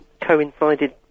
coincided